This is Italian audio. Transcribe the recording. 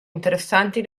interessanti